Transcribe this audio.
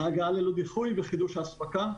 ההגעה ללא דיחוי וחידוש האספקה.